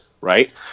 Right